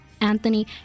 Anthony